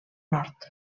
nord